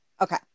Okay